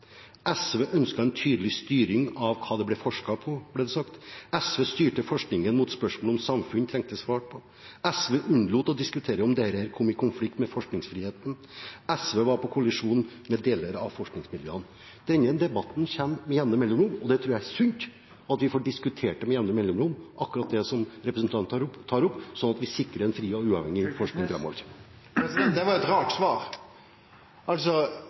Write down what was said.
SV ønsket en tydelig styring av hva det ble forsket på, ble det sagt. SV styrte forskningen mot spørsmål om samfunn, som man trengte svar på. SV unnlot å diskutere om dette kom i konflikt med forskningsfriheten. SV var på kollisjonskurs med deler av forskningsmiljøene. Denne debatten kommer med jevne mellomrom. Jeg tror det er sunt at vi får diskutert det med jevne mellomrom – akkurat det som representanten tar opp – sånn at vi sikrer en fri og uavhengig forskning framover. Det var eit rart svar.